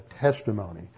testimony